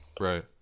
Right